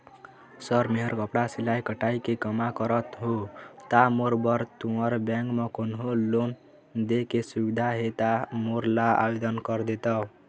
Sir मेहर कपड़ा सिलाई कटाई के कमा करत हों ता मोर बर तुंहर बैंक म कोन्हों लोन दे के सुविधा हे ता मोर ला आवेदन कर देतव?